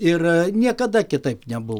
ir niekada kitaip nebuvo